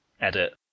edit